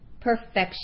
perfection